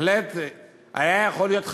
היה יכול להיות,